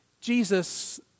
Jesus